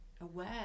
aware